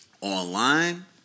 Online